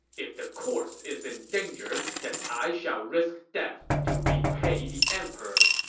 if the court is in danger, then i shall risk death to repay the emperor.